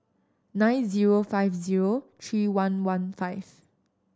nine zero five zero three one one five